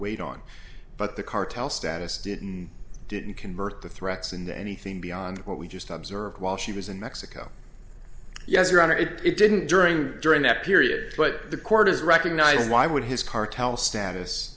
weight on but the cartel status didn't didn't convert the threats and anything beyond what we just observed while she was in mexico yes your honor it didn't during the during that period but the court has recognized why would his cartel status